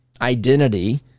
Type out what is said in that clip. identity